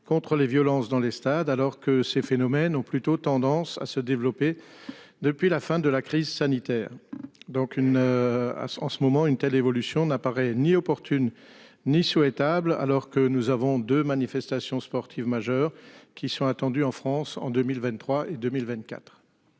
contre les violences dans les stades alors que ces phénomènes ont plutôt tendance à se développer. Depuis la fin de la crise sanitaire. Donc une ah en ce moment une telle évolution n'apparaît ni opportune ni souhaitable. Alors que nous avons de manifestations sportives majeures qui sont attendus en France en 2023 et 2024.